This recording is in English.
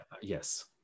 Yes